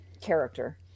character